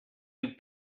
you